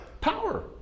power